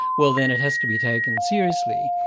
well then it has to be taken seriously,